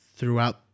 ...throughout